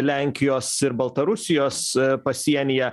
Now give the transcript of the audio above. lenkijos ir baltarusijos pasienyje